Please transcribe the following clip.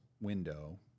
window